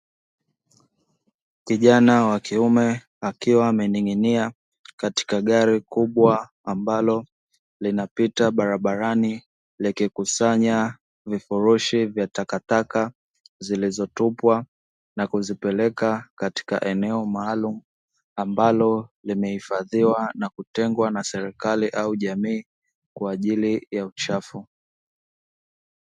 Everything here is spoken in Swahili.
Kijana wa kiume akiwa amening'inia katika gari kubwa ambalo linapita barabarani likikusanya vifurushi vya takataka, zilizotupwa na kuzipeleka katika eneo maalum ambalo limehifadhiwa na kutengwa na serikali au jamii kwa ajili ya uchu.